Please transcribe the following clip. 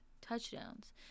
Touchdowns